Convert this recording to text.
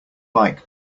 bike